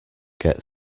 get